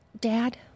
Dad